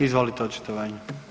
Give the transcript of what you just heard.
Izvolite očitovanje.